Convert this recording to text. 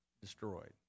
destroyed